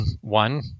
one